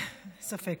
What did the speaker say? ספק.